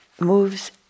moves